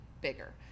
bigger